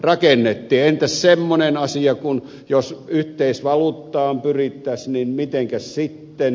entäs semmoinen asia jos yhteisvaluuttaan pyrittäis niin mitenkäs sitten